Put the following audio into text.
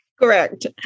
correct